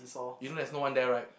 you know there's no one there right